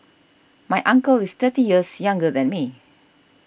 my uncle is thirty years younger than me